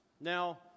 Now